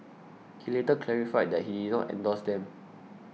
he later clarified that he did not endorse them